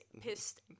pissed